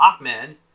Ahmed